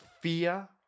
fear